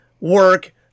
work